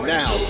now